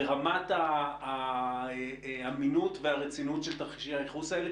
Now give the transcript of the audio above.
ורמת האמינות והרצינות של תרחישי הייחוס האלה?